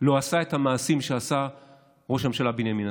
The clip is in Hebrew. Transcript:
לא עשה את המעשים שעשה ראש הממשלה בנימין נתניהו.